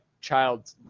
child